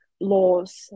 laws